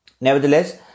Nevertheless